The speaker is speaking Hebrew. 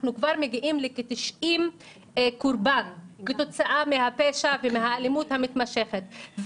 אנחנו כבר מגיעים ל-90 קורבן כתוצאה מהפשע והאלימות המתמשכת.